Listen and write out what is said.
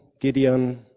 Gideon